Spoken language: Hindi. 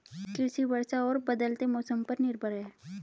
कृषि वर्षा और बदलते मौसम पर निर्भर है